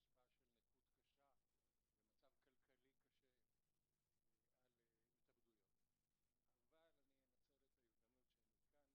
השעה 9:04. אני מתרגש לפתוח דיון שהוא ביוזמת חברי חבר הכנסת יעקב מרגי,